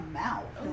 mouth